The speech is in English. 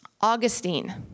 Augustine